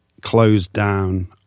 closed-down